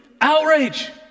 outrage